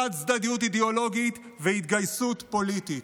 חד-צדדיות אידיאולוגית והתגייסות פוליטית.